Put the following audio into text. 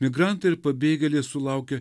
migrantai ir pabėgėliai sulaukė